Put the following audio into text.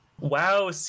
Wow